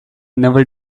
never